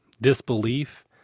disbelief